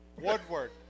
Woodward